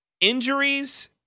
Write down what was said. injuries –